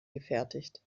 gefertigt